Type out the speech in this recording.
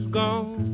gone